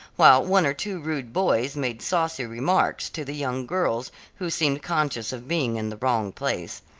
while one or two rude boys made saucy remarks to the young girls who seemed conscious of being in the wrong place.